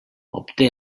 obté